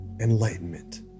enlightenment